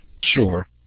Sure